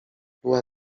była